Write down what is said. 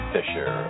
Fisher